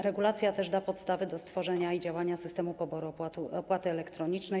Regulacja da też podstawy do stworzenia i działania systemu poboru opłaty elektronicznej.